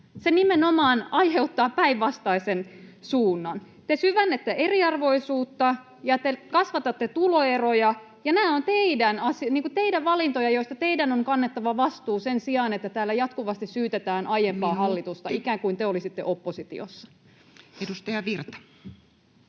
Se nimenomaan aiheuttaa päinvastaisen suunnan. Te syvennätte eriarvoisuutta, ja te kasvatatte tuloeroja. Nämä ovat teidän valintojanne, joista teidän on kannettava vastuu sen sijaan, että täällä jatkuvasti syytetään aiempaa hallitusta, [Puhemies: Minuutti!] ikään kuin te olisitte oppositiossa. [Speech 147]